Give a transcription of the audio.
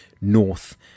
north